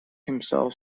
himself